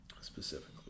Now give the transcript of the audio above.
Specifically